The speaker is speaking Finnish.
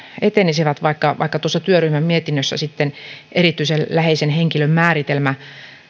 etenisivät vaikka vaikka tuossa työryhmän mietinnössä erityisen läheisen henkilön määritelmää